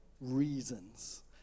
reasons